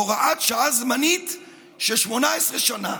הוראת שעה זמנית של 18 שנה,